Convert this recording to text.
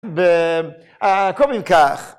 והקום ינקח.